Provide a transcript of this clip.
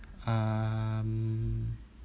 um